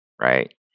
right